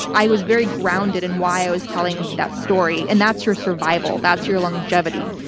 i was very grounded in why i was telling that story. and that's your survival. that's your longevity,